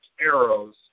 arrows